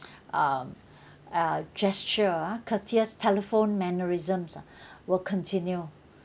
um uh gesture ah courteous telephone mannerisms ah will continue